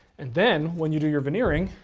and then when you do your veneering,